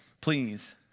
please